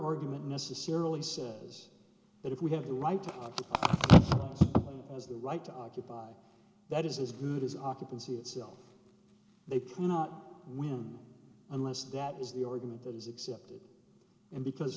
argument necessarily says that if we have the right as the right to occupy that is as good as occupancy itself they cannot win unless that is the argument that is accepted and because